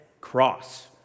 Cross